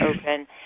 open